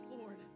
lord